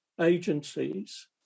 agencies